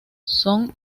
son